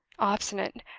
obstinate,